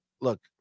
look